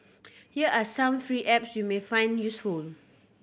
here are some free apps you may find useful